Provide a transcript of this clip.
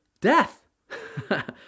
death